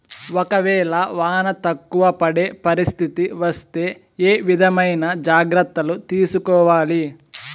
ఒక వేళ వాన తక్కువ పడే పరిస్థితి వస్తే ఏ విధమైన జాగ్రత్తలు తీసుకోవాలి?